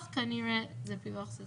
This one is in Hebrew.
ככה שנוכל